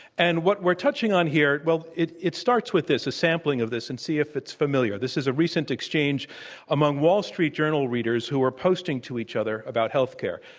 and what we're touching on here well, it it starts with this, a sampling of this, and see if it's familiar. this is a recent exchange among wall street journal readers who were posting to each other about health care